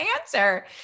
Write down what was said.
answer